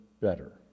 better